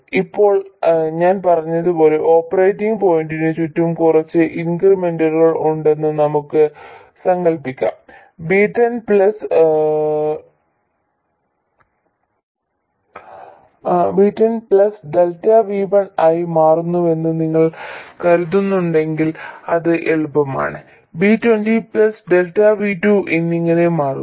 ഇപ്പോൾ ഞാൻ പറഞ്ഞതുപോലെ ഓപ്പറേറ്റിംഗ് പോയിന്റിന് ചുറ്റും കുറച്ച് ഇൻക്രിമെന്റുകൾ ഉണ്ടെന്ന് നമുക്ക് സങ്കൽപ്പിക്കാം V10 Δ V1 ആയി മാറുമെന്ന് നിങ്ങൾ കരുതുന്നുണ്ടെങ്കിൽ അത് എളുപ്പമാണ് V20 Δ V2 എന്നിങ്ങനെ മാറുന്നു